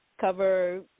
cover